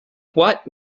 what